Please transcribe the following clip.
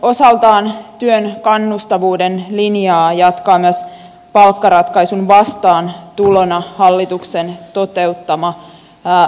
osaltaan työn kannustavuuden linjaa jatkaa myös palkkaratkaisun vastaantulona hallituksen toteuttamaa ja